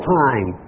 time